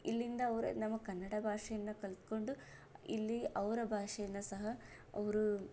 ಇಲ್ಲಿಂದ ಅವರು ನಮ್ಮ ಕನ್ನಡ ಭಾಷೆಯನ್ನು ಕಲಿತ್ಕೊಂಡು ಇಲ್ಲಿ ಅವರ ಭಾಷೇನ ಸಹ ಅವರು